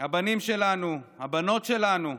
הבנים שלנו, הבנות שלנו,